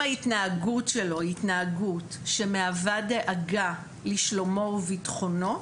אם ההתנהגות שלו היא התנהגות שמהווה דאגה לשלומו וביטחונו,